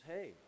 Hey